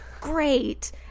Great